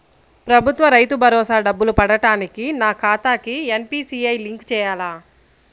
ప్రభుత్వ రైతు భరోసా డబ్బులు పడటానికి నా ఖాతాకి ఎన్.పీ.సి.ఐ లింక్ చేయాలా?